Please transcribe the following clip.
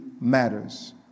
matters